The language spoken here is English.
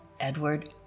Edward